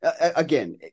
again